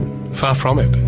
far from it.